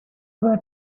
were